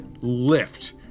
lift